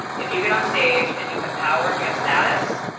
if you get on stage and you have power and you have status,